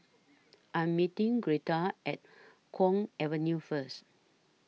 I Am meeting Greta At Kwong Avenue First